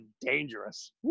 dangerous